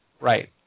Right